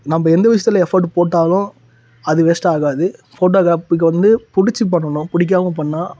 நம்ம எந்த விஷயத்தில் எஃபோர்ட் போட்டாலும் அது வேஸ்ட்டாகாது போட்டோக்ராபிக்கு வந்து பிடிச்சி பண்ணணும் பிடிக்காம பண்ணால்